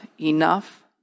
enough